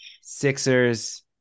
Sixers